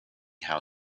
how